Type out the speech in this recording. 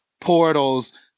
portals